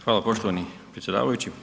Hvala poštovani predsjedavajući.